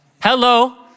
hello